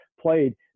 played